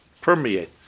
permeate